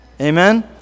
Amen